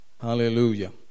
Hallelujah